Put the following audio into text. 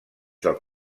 del